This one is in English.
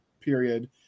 period